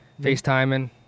FaceTiming